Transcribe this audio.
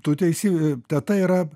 tu teisi teta yra